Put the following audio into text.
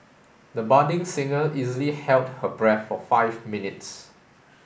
the budding singer easily held her breath for five minutes